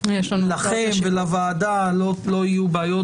לכם ולוועדה לא יהיו בעיות,